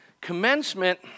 Commencement